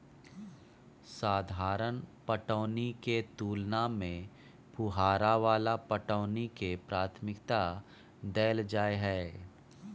साधारण पटौनी के तुलना में फुहारा वाला पटौनी के प्राथमिकता दैल जाय हय